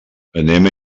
anem